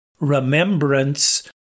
remembrance